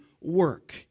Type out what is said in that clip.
work